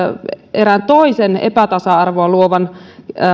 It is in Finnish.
erään toisen epätasa arvoa luovan